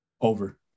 Over